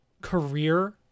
career